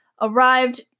arrived